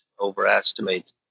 overestimate